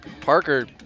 Parker